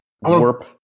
warp